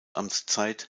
amtszeit